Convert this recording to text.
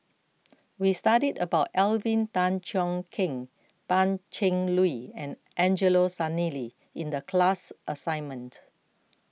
we studied about Alvin Tan Cheong Kheng Pan Cheng Lui and Angelo Sanelli in the class assignment